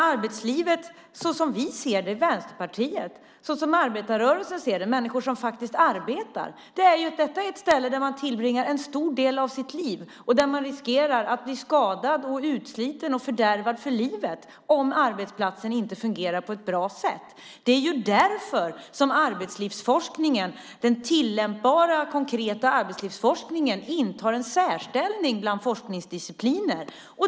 Arbetslivet, såsom vi ser det i Vänsterpartiet, såsom arbetarrörelsen ser det - människor som faktiskt arbetar - är att det är ett ställe där man tillbringar en stor del av sitt liv och där man riskerar att bli skadad, utsliten och fördärvad för livet om arbetsplatsen inte fungerar på ett bra sätt. Det är därför som den tillämpbara konkreta arbetslivsforskningen intar en särställning bland forskningsdiscipliner.